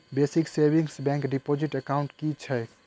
Basic savings bank deposit account की छैक?